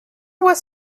was